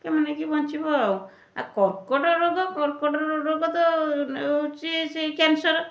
chemo ନେଇକି ବଞ୍ଚିବ ଆଉ ଆଉ କର୍କଟ ରୋଗ କର୍କଟ ରୋ ରୋଗ ତ ହେଉଛି ସେଇ କ୍ୟାନ୍ସର୍